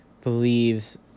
believes